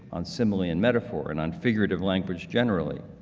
on simile and metaphor and on figurative language generally.